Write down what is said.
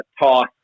toss